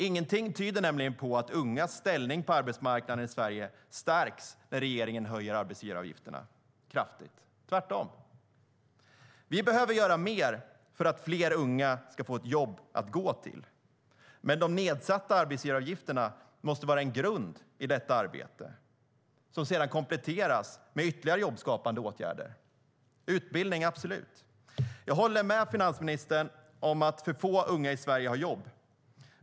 Ingenting tyder nämligen på att ungas ställning på arbetsmarknaden i Sverige stärks när regeringen höjer arbetsgivaravgifterna kraftigt. Tvärtom. Vi behöver göra mer för att fler unga ska få ett jobb att gå till, men de nedsatta arbetsgivaravgifterna måste vara en grund i detta arbete, som sedan kompletteras med ytterligare jobbskapande åtgärder och absolut utbildning. Jag håller med finansministern om att för få unga i Sverige har jobb.